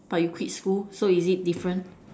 but you quit school so is it different